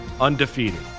Undefeated